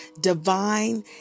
divine